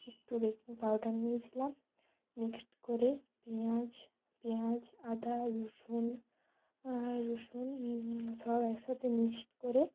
একটু baking powder নিয়েছিলাম mixed করে পেঁয়াজ পেঁয়াজ আদা রসুন রসুন সব একসাথে মিক্সড করে